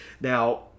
Now